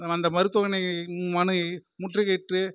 அந்த மருத்துவமனை மனை முற்றுகையிட்டு